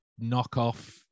knockoff